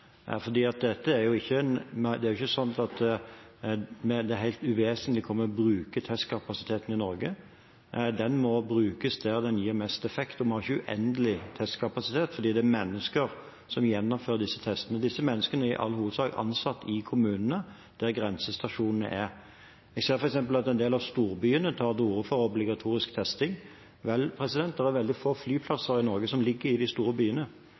det er ikke sånn at det er helt uvesentlig hvor vi bruker testkapasiteten i Norge. Den må brukes der den gir mest effekt. Vi har ikke uendelig med testkapasitet, for det er mennesker som gjennomfører disse testene, og disse menneskene er i all hovedsak ansatt i kommunene der grensestasjonene er. Jeg ser f.eks. at en del av storbyene tar til orde for obligatorisk testing. Vel, det er veldig få flyplasser i Norge som ligger i de store byene.